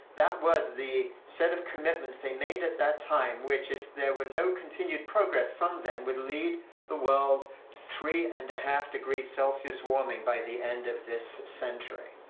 that was the set of commitments they made at that time which, if there were no continued progress from then, would lead the world to three and a half degrees celsius warming by the end of this century.